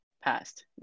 passed